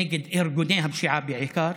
נגד ארגוני הפשיעה בעיקר.